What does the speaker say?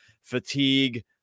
Fatigue